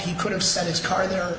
he could have said this car there